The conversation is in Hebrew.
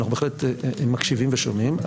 אנחנו בהחלט מקשיבים ושומעים,